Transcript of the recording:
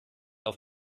auf